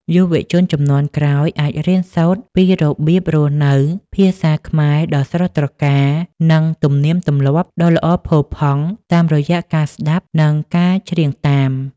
យុវជនជំនាន់ក្រោយអាចរៀនសូត្រពីរបៀបរស់នៅ ភាសាខ្មែរដ៏ស្រស់ត្រកាល និងទំនៀមទម្លាប់ដ៏ល្អផូរផង់តាមរយៈការស្តាប់ និងការច្រៀងតាម។